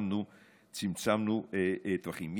צמצמנו טווחים.